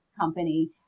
company